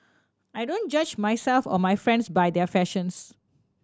I don't judge myself or my friends by their fashions